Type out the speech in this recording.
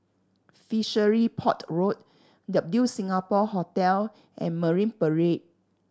Fishery Port Road W Singapore Hotel and Marine Parade